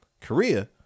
Korea